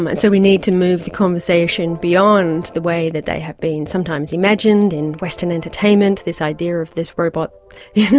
um and so we need to move the conversation beyond the way that they have been sometimes imagined in western entertainment, this idea of this robot,